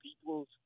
peoples